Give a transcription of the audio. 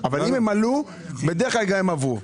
אבל אם הן עלו בדרך כלל הן עברו.